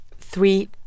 three